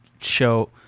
show